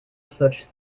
such